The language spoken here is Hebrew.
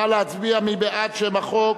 נא להצביע, מי בעד שם החוק?